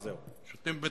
השוטים, לא השותים.